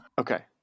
Okay